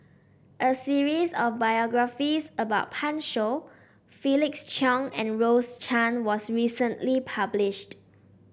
a series of biographies about Pan Shou Felix Cheong and Rose Chan was recently published